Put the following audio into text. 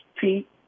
Pete